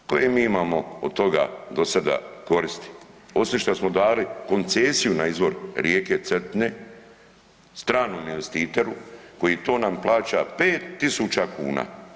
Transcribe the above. Koje mi imamo od toga do sada koristi osim što smo dali koncesiju na izvor rijeke Cetine stranom investitoru koji to nam plaća 5000 kuna?